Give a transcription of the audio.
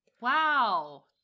Wow